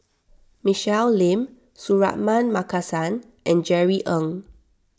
Michelle Lim Suratman Markasan and Jerry Ng